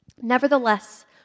Nevertheless